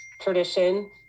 tradition